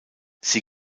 sie